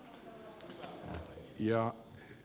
arvoisa puhemies